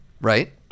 right